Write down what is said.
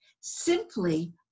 simply